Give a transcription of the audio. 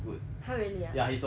ya he's okay with it though